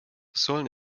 sollen